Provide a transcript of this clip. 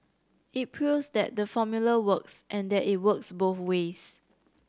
it proves that the formula works and that it works both ways